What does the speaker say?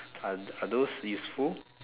are are those useful